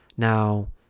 Now